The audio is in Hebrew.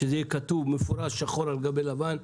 שזה יהיה במפורש שחור על גבי לבן,